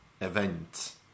event